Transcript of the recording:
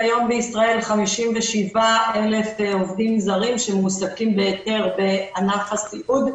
כיום בישראל יש 57,000 עובדים זרים שמועסקים בהיתר בענף הסיעוד.